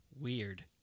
weird